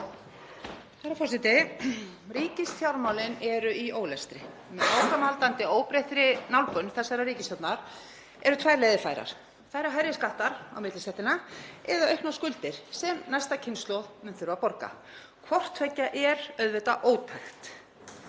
Herra forseti. Ríkisfjármálin eru í ólestri. Með áframhaldandi óbreyttri nálgun þessarar ríkisstjórnar eru tvær leiðir færar: Hærri skattar á millistéttina eða auknar skuldir sem næsta kynslóð mun þurfa að borga. Hvort tveggja er auðvitað ótækt.